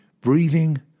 breathing